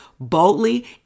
Boldly